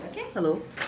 hello